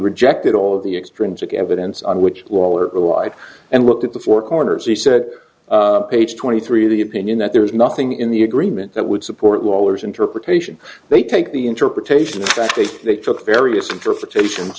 rejected all of the extrinsic evidence on which lawler relied and looked at the four corners he said page twenty three of the opinion that there is nothing in the agreement that would support wallers interpretation they take the interpretation they took various interpretations